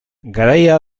garaia